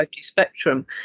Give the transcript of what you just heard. spectrum